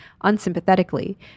unsympathetically